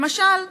למשל,